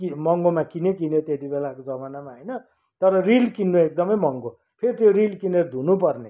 कि महँगोमा किनो किनो त्यति बेलाको जमानामा होइन तर रिल किन्न एकदमै महँगो फेरि त्यो रिल किनेर धुनुपर्ने